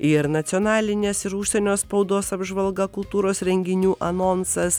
ir nacionalinės ir užsienio spaudos apžvalga kultūros renginių anonsas